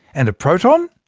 and a proton?